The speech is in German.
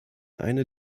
eine